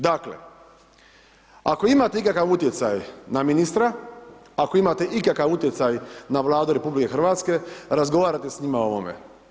Dakle, ako imate ikakav utjecaj na ministra, ako imate ikakav utjecaj na Vladu RH, razgovarajte s njima o ovome.